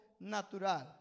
natural